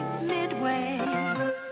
midway